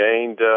gained